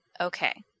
Okay